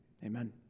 amen